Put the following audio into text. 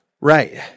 Right